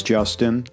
Justin